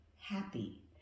happy